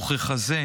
וככזה,